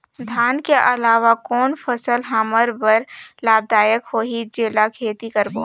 धान के अलावा कौन फसल हमर बर लाभदायक होही जेला खेती करबो?